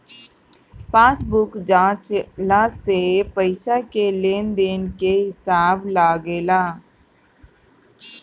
passbook जाँचला से पईसा के लेन देन के हिसाब लागेला